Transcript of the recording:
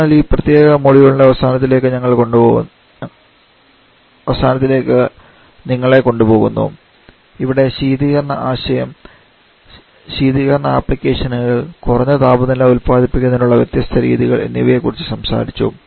അതിനാൽ ഈ പ്രത്യേക മൊഡ്യൂളിന്റെ അവസാനത്തിലേക്ക് നിങ്ങളെ കൊണ്ടുപോകുന്നു ഇവിടെ ശീതീകരണ ആശയം ശീതീകരണ ആപ്ലിക്കേഷനുകൾ കുറഞ്ഞ താപനില ഉത്പാദിപ്പിക്കുന്നതിനുള്ള വ്യത്യസ്ത രീതികൾ എന്നിവയെക്കുറിച്ച് സംസാരിച്ചു